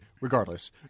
regardless